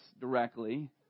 directly